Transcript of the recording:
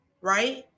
right